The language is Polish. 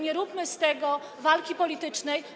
Nie róbmy z tego walki politycznej.